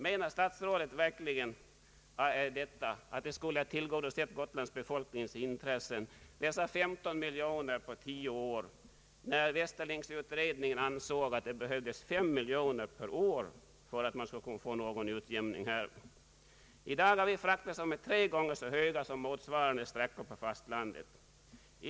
Menar statsrådet verkligen att det skulle gå att tillgodose Gotlandsbefolkningens intressen med 15 miljoner kronor på tio år, när Westerlindutredningen ansåg att det behövdes 5 miljoner kronor per år för att få någon utjämning? I dag har vi fraktkostnader som är tre gånger så höga som för motsvarande sträckor på fastlandet.